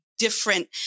Different